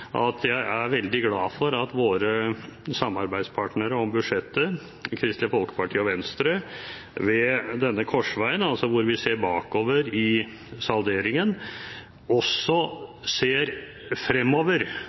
at jeg er veldig glad for at våre samarbeidspartnere i budsjettforliket, Kristelig Folkeparti og Venstre, ved denne korsveien hvor vi ser bakover i salderingen, også ser fremover